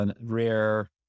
rare